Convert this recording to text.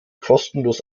kostenlos